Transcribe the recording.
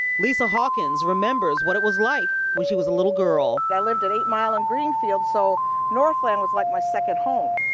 lisa remembers what it was like when she was a little girl. i lived at eight mile and greenfield, so northland was like my second home.